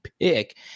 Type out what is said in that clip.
pick